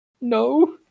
No